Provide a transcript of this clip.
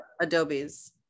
Adobes